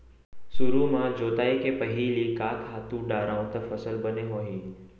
सुरु म जोताई के पहिली का खातू डारव त फसल बने होही?